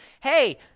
hey